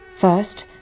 First